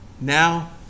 now